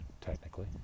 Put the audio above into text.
technically